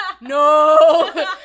no